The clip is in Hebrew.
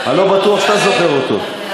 אני לא בטוח שאתה זוכר אותו,